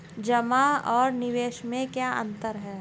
जमा और निवेश में क्या अंतर है?